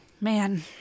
Man